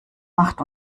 macht